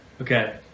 Okay